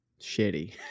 shitty